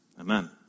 Amen